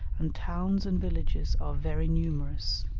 and towns and villages are very numerous.